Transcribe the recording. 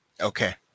Okay